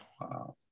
Wow